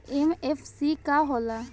MFC का होला?